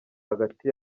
hagati